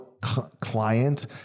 client